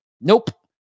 nope